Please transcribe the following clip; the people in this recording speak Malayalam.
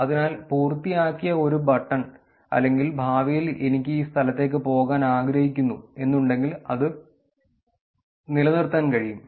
അതിനാൽ പൂർത്തിയാക്കിയ ഒരു ബട്ടൺ അല്ലെങ്കിൽ ഭാവിയിൽ എനിക്ക് ഈ സ്ഥലത്തേക്ക് പോകാൻ ആഗ്രഹിക്കുന്നു എന്നുണ്ടെങ്കിൽ അത് നിലനിർത്താൻ കഴിയും